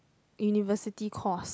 university course